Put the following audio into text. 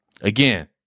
again